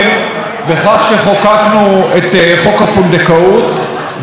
ויצאו לרחוב עשרות אלפים למחות על זה